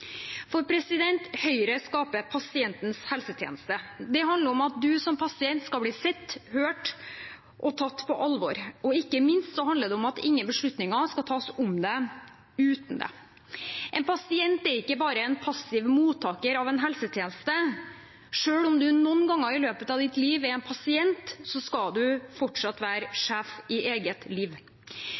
Høyre skaper pasientens helsetjeneste. Det handler om at du som pasient skal bli sett, hørt og tatt på alvor, og ikke minst handler det om at ingen beslutninger skal tas om deg uten deg. En pasient er ikke bare en passiv mottaker av en helsetjeneste. Selv om man noen ganger i løpet av livet er pasient, skal man fortsatt være sjef i eget liv.